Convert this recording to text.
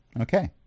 okay